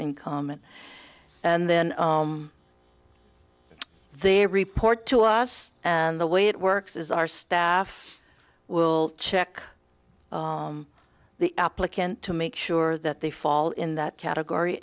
income and then they report to us and the way it works is our staff will check the applicant to make sure that they fall in that category